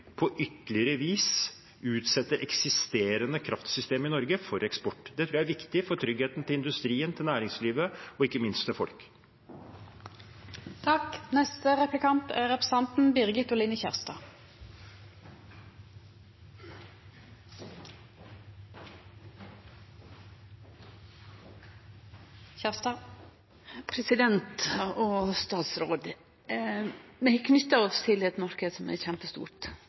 på ytterligere vis utsetter det eksisterende kraftsystemet i Norge for eksport. Det tror jeg er viktig for tryggheten til industrien, til næringslivet og ikke minst til folk. Vi har knytt oss til ein marknad som er